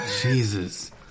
Jesus